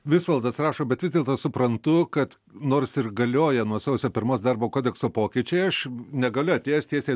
visvaldas rašo bet vis dėlto suprantu kad nors ir galioja nuo sausio pirmos darbo kodekso pokyčiai aš negaliu atėjęs tiesiai